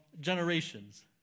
generations